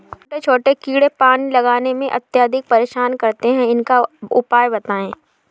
छोटे छोटे कीड़े पानी लगाने में अत्याधिक परेशान करते हैं इनका उपाय बताएं?